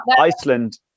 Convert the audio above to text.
iceland